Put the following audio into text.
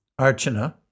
Archana